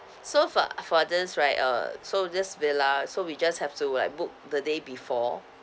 so for for this right uh so this villa so we just have to like book the day before